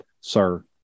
sir